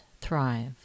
thrive